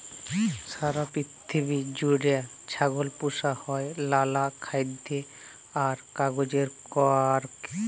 সারা পিথিবী জুইড়ে ছাগল পুসা হ্যয় লালা খাইদ্য আর কাজের কারলে